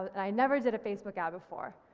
and i never did a facebook ad before,